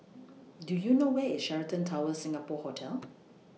Do YOU know Where IS Sheraton Towers Singapore Hotel